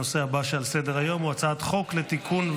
הנושא הבא שעל סדר-היום הוא הצעת חוק לתיקון,